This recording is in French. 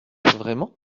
vraiment